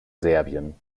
serbien